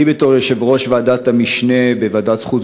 בתור יושב-ראש ועדת המשנה בוועדת חוץ